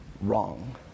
wrong